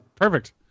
Perfect